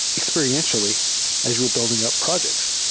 experientially as you're building up projects.